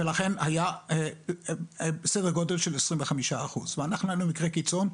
ולכן היה סדר גודל של 25% ואנחנו היינו מקרה קיצון.